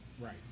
Right